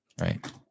Right